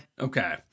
Okay